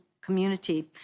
community